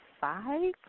five